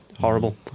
Horrible